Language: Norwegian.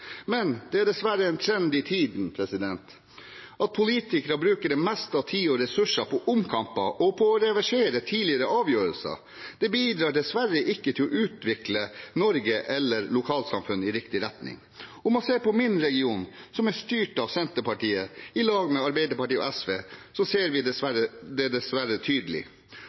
Det er dessverre en trend i tiden at politikere bruker det meste av tiden og ressursene på omkamper og på å reversere tidligere avgjørelser. Det bidrar dessverre ikke til å utvikle Norge eller lokalsamfunnene i riktig retning. Om man ser på min region, som er styrt av Senterpartiet i lag med Arbeiderpartiet og SV, ser vi det dessverre tydelig.